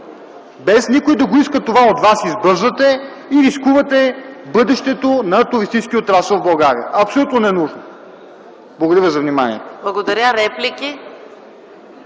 Без никой да иска това от вас, избързвате и рискувате бъдещето на туристическия отрасъл в България. Абсолютно ненужно! Благодаря ви за вниманието.